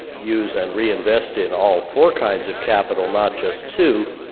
use and reinvest in all four kinds of capital not just two,